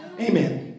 Amen